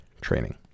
training